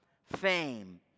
Fame